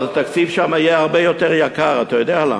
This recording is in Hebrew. אבל התקציב שם יהיה הרבה יותר יקר, אתה יודע למה?